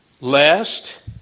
lest